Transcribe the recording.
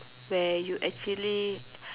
where you actually